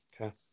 Okay